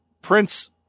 Prince